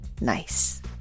Nice